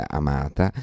amata